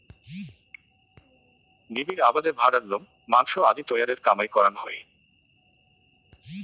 নিবিড় আবাদে ভ্যাড়ার লোম, মাংস আদি তৈয়ারের কামাই করাং হই